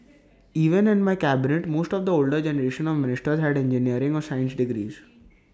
even in my cabinet most of the older generation of ministers had engineering or science degrees